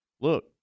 look